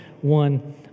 one